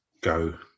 go